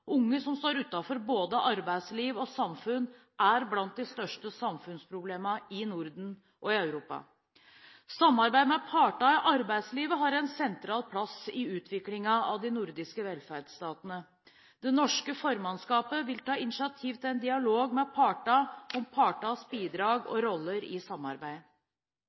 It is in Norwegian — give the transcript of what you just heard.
Unge som står utenfor både arbeidsliv og samfunn, er blant de største samfunnsproblemene i Norden og i Europa. Samarbeid med partene i arbeidslivet har en sentral plass i utviklingen av de nordiske velferdsstatene. Det norske formannskapet vil ta initiativ til en dialog med partene om partenes bidrag og roller i